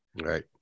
right